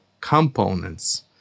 components